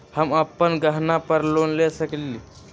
हम अपन गहना पर लोन ले सकील?